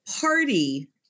party